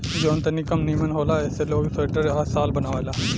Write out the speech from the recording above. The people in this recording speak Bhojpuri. जवन तनी कम निमन होला ऐसे ई लोग स्वेटर आ शाल बनावेला